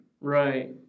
Right